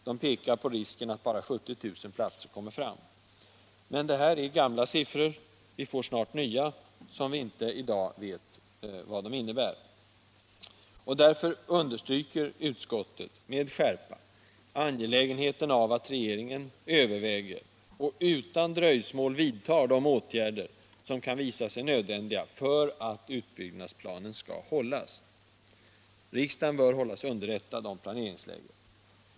De pekar på risken för att bara 70 000 platser kommer fram. Men det är gamla siffror. Vi får snart nya, men vad dessa innebär vet vi inte. Utskottet understryker därför med skärpa angelägenheten av att regeringen överväger och utan dröjsmål vidtar de åtgärder som kan visa sig nödvändiga för att utbyggnadsplanen skall hållas. Riksdagen bör hållas underrättad om planeringsläget.